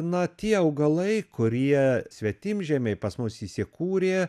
na tie augalai kurie svetimžemiai pas mus įsikūrė